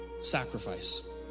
sacrifice